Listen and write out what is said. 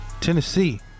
Tennessee